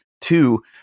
Two